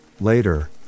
Later